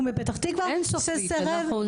בפתח תקווה שסרב --- אין דבר כזה "סופית",